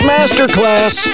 Masterclass